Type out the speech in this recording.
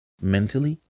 mentally